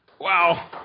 Wow